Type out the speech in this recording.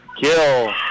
Kill